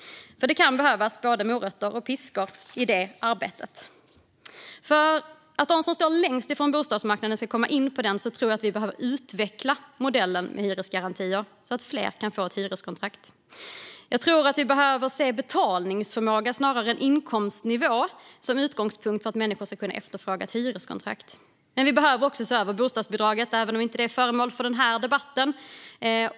Det kan behövas både morötter och piskor i det arbetet. För att de som står längst ifrån bostadsmarknaden ska komma in på den tror jag att vi behöver utveckla modellen med hyresgarantier så att fler kan få ett hyreskontrakt. Jag tror att vi behöver se betalningsförmåga snarare än inkomstnivå som utgångspunkt för att människor ska kunna efterfråga ett hyreskontrakt. Vi behöver också se över bostadsbidraget, även om det inte är föremål för den här debatten.